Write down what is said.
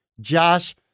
Josh